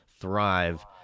Thrive